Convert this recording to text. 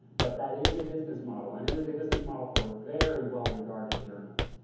but that is a business model and it is a business model for a very well-regarded journals.